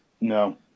no